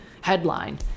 headline